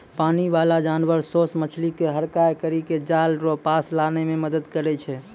पानी बाला जानवर सोस मछली के हड़काय करी के जाल रो पास लानै मे मदद करै छै